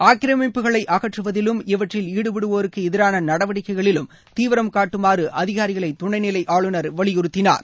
ஆக்கிரமிப்புகளை அகற்றுவதிலும் இவற்றில் ஈடுபடுவோருக்கு எதிரான நடவடிக்கைகளிலும் தீவிரம் காட்டுமாறு அதிகாரிகளை துணைநிலை ஆளுநர் வலியுறுத்தினார்